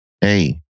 Hey